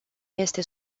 este